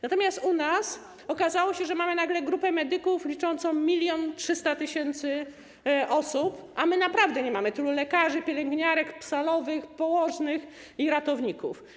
Natomiast u nas okazało się, że mamy nagle grupę medyków liczącą 1300 tys. osób, a my naprawdę nie mamy tylu lekarzy, pielęgniarek, salowych, położnych i ratowników.